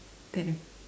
ten o~